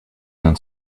not